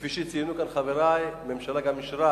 וכפי שציינו כאן חברי, הממשלה גם אישרה